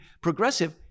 progressive